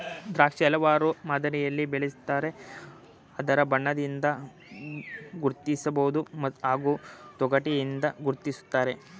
ದ್ರಾಕ್ಷಿ ಹಲವಾರು ಮಾದರಿಲಿ ಬೆಳಿತಾರೆ ಅದರ ಬಣ್ಣದಿಂದ ಗುರ್ತಿಸ್ಬೋದು ಹಾಗೂ ತೊಗಟೆಯಿಂದ ಗುರ್ತಿಸ್ತಾರೆ